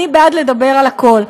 אני בעד לדבר על הכול.